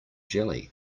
jelly